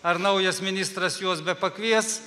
ar naujas ministras juos bepakvies